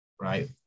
right